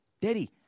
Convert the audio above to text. Daddy